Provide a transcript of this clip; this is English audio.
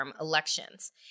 elections